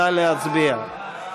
נא להצביע.